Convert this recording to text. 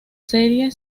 serie